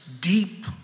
deep